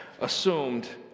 assumed